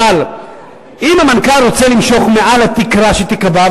אבל אם המנכ"ל רוצה למשוך מעל התקרה שתיקבע,